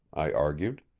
i argued.